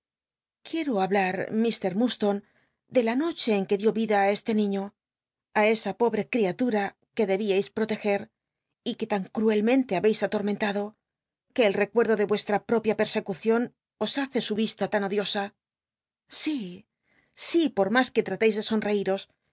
quiero hablar ir i u rdst nc de la noche en que clió vida ú este niiío á esa pobre criatura que debíais proteger y que tan cruelmente hobcis alorment ldo que el reeuerdo de l'trcslra propia persecucion os ha ce su isla tan odiosa si si por mas que tralcis de son